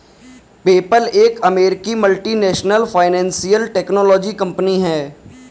PayPal एक अमेरिकी multinational financial technology company है